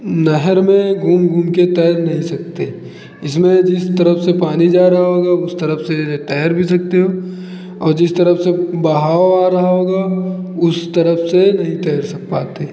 नहर में घूम घूमकर तैर नहीं सकते इसमें जिस तरफ से पानी जा रहा होगा उस तरफ से तैर भी सकते हो और जिस तरफ से बहाव आ रहा होगा उस तरफ से नहीं तैर सब पाते